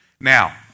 Now